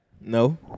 No